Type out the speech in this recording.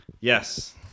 Yes